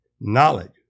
Knowledge